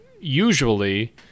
usually